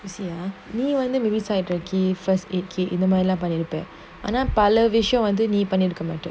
you see ah me wanted many times the kits first aid kits இந்தமாதிரிலாம்போயிருப்ப:indha madhirilam poirupa television ஆனாபலவிஷயம்நீபண்ணிருக்கமாட்ட:ana pala vishayam nee pannirukamata